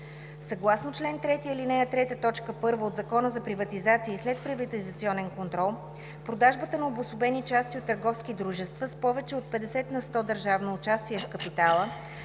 Съгласно чл. 3, ал. 3, т. 1 от Закона за приватизация и следприватизационен контрол продажбата на обособени части от търговски дружества с повече от 50 на сто държавно участие в капитала,